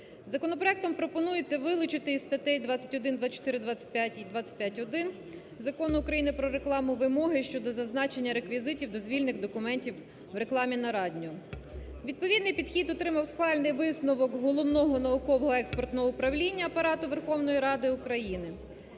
Законопроектом пропонується вилучити із статей 21, 24, 25 і 25-1 Закону України "Про рекламу" вимоги щодо зазначення реквізитів дозвільних документів в рекламі на радіо. Відповідний підхід отримав схвальний висновок Головного науково-експертного управління Апарату Верховної Ради України.